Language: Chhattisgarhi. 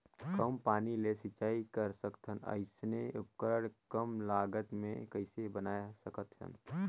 कम पानी ले सिंचाई कर सकथन अइसने उपकरण कम लागत मे कइसे बनाय सकत हन?